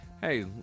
hey